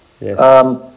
Yes